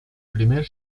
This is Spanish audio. primer